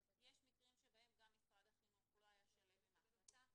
יש מקרים שבהם גם משרד החינוך לא היה שלם עם ההחלטה,